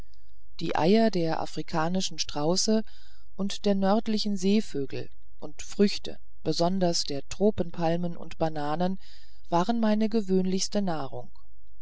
die eier der afrikanischen strauße oder der nördlichen seevögel und früchte besonders der tropen palmen und bananen waren meine gewöhnlichste nahrung